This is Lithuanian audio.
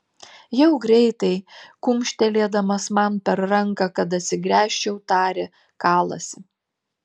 jau greitai kumštelėdamas man per ranką kad atsigręžčiau tarė kalasi